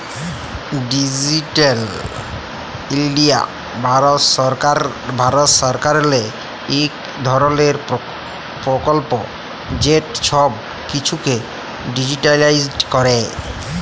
digital India Bharat সরকারেরলে ইক ধরলের পরকল্প যেট ছব কিছুকে ডিজিটালাইস্ড ক্যরে